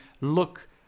look